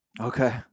Okay